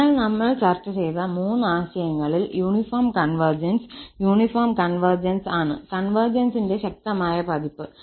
അതിനാൽ നമ്മൾ ചർച്ച ചെയ്ത മൂന്ന് ആശയങ്ങളിൽ യൂണിഫോം കൺവെർജസ് യൂണിഫോം കൺവെർജൻസ് ആണ് കൺവെർജൻസിന്റെ ശക്തമായ പതിപ്പ്